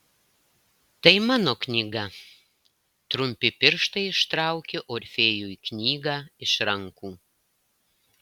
tai mano knyga trumpi pirštai ištraukė orfėjui knygą iš rankų